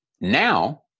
now